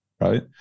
Right